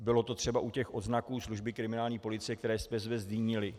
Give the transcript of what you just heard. Bylo to třeba u odznaků služby kriminální policie, které jste zde zmínili.